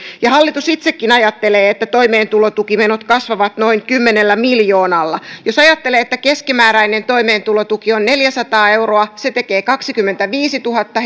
ja hallitus itsekin ajattelee että toimeentulotukimenot kasvavat noin kymmenellä miljoonalla jos ajattelee että keskimääräinen toimeentulotuki on neljäsataa euroa se tekee kaksikymmentäviisituhatta